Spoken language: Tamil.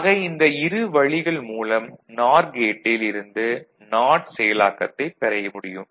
ஆக இந்த இரு வழிகள் மூலம் நார் கேட்டில் இருந்து நாட் செயலாக்கத்தைப் பெற முடியும்